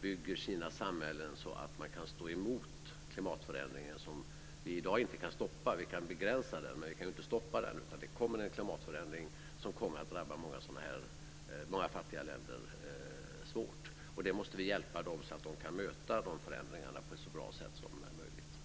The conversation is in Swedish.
bygger sina samhällen så att man kan stå emot den klimatförändring som vi inte kan stoppa i dag. Vi kan begränsa klimatförändringen, men vi kan inte stoppa den. Det kommer en klimatförändring som kommer att drabba många fattiga länder svårt. Vi måste hjälpa dem så att de kan möta den förändringen på ett så bra sätt som möjligt.